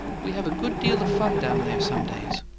we have a good deal of fun down there some days.